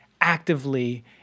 actively